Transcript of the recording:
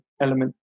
element